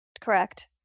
Correct